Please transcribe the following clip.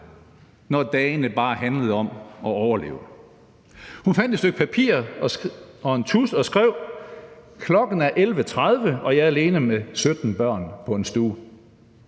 når dagene bare handlede om at overleve. Hun fandt et stykke papir og en tusch og skrev: Klokken er 11.30, og jeg er alene med 17 børn på en stue.